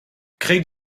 kredet